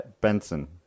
Benson